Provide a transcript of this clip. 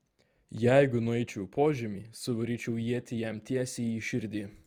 jeigu nueičiau į požemį suvaryčiau ietį jam tiesiai į širdį